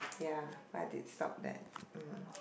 ya but I did stopped that mm